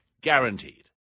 Guaranteed